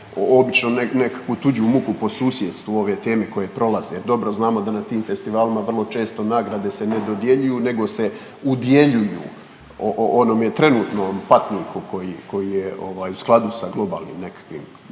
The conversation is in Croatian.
neku, nekakvu tuđu muku po susjedstvu ove teme koje prolaze jer dobro znamo da na tim festivalima vrlo često nagrade se ne dodjeljuju nego se udjeljuju onome trenutnom patniku koji, koji je ovaj u skladu sa globalnim nekakvim vrijednostima